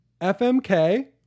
FMK